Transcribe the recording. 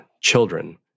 children